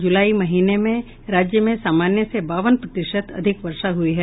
जुलाई महीने में राज्य में सामान्य से बावन प्रतिशत अधिक वर्षा हुई है